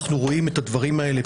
אנחנו רואים את זה גם בדברים אחרים,